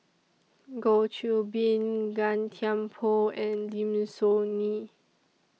Goh Qiu Bin Gan Thiam Poh and Lim Soo Ngee